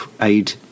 aid